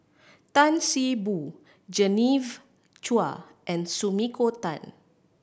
Tan See Boo Genevieve Chua and Sumiko Tan